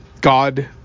God